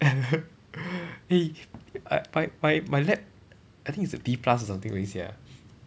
eh I my my my lab I think is a B plus or something already sia